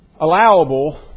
allowable